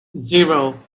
zero